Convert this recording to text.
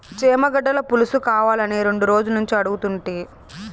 చేమగడ్డల పులుసుకావాలని రెండు రోజులనుంచి అడుగుతుంటి